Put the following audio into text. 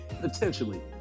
potentially